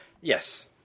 Yes